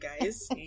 guys